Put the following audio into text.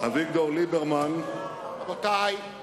אביגדור ליברמן, שהציבור ידע,